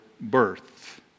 birth